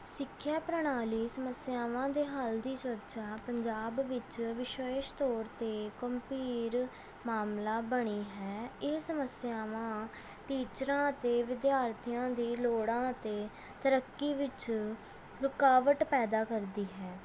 ਸਿੱਖਿਆ ਪ੍ਰਣਾਲੀ ਸਮੱਸਿਆਵਾਂ ਦੇ ਹੱਲ ਦੀ ਚਰਚਾ ਪੰਜਾਬ ਵਿੱਚ ਵਿਸ਼ੇਸ਼ ਤੌਰ 'ਤੇ ਗੰਭੀਰ ਮਾਮਲਾ ਬਣੀ ਹੈ ਇਹ ਸਮੱਸਿਆਵਾਂ ਟੀਚਰਾਂ ਅਤੇ ਵਿਦਿਆਰਥੀਆਂ ਦੀ ਲੋੜਾਂ ਅਤੇ ਤਰੱਕੀ ਵਿੱਚ ਰੁਕਾਵਟ ਪੈਦਾ ਕਰਦੀ ਹੈ